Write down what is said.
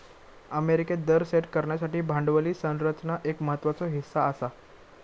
अमेरिकेत दर सेट करण्यासाठी भांडवली संरचना एक महत्त्वाचो हीस्सा आसा